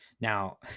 Now